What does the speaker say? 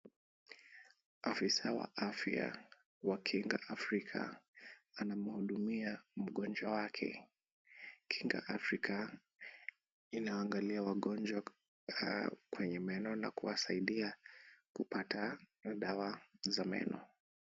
Afisaa wa afya wa Kinga Afrika anamhudumia mgonjwa wake. Kinga Afrika inaangalia wagonjwa kwenye meno na kuwasaidia kupata dawa za meno.